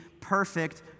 perfect